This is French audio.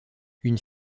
une